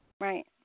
Right